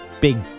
big